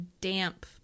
damp